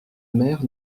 mère